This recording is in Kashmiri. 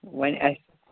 وۅنۍ اَسہِ